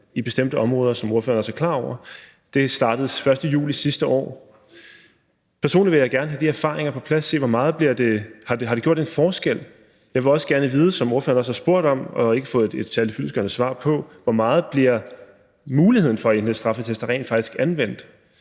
i bestemte områder, som ordføreren også er klar over. Det startede den 1. juli sidste år. Personligt vil jeg gerne have de erfaringer på plads og se, om det har gjort en forskel. Jeg vil også gerne vide – som ordføreren også har spurgt om og ikke har fået et særlig fyldestgørende svar på – hvor meget muligheden for at indhente straffeattester rent faktisk bliver